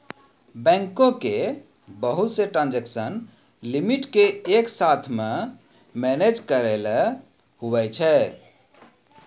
बैंको के बहुत से ट्रांजेक्सन लिमिट के एक साथ मे मैनेज करैलै हुवै छै